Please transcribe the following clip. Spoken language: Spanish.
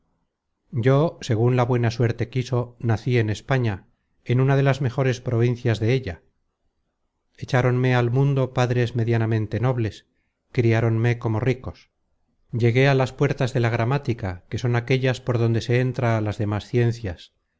yo segun la buena suerte quiso nací en españa en una de las mejores provincias della echáronme al mundo padres medianamente nobles criáronme como ricos llegué á las puertas de la gramática que son aquellas por donde se entra á las demas ciencias